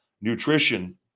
nutrition